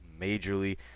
majorly